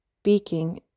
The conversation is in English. speaking